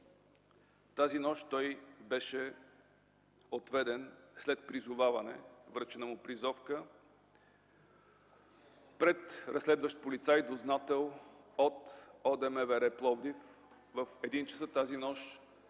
Тази нощ той беше отведен след призоваване – връчена му е призовка пред разследващ полицай-дознател от ОДМВР-Пловдив. В 01.00 ч. тази нощ на